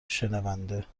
شنونده